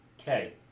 Okay